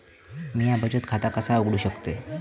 म्या बचत खाता कसा उघडू शकतय?